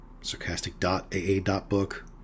Sarcastic.aa.book